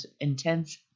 intense